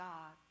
God